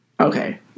Okay